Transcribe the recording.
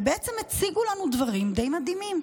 והציגו לנו דברים די מדהימים.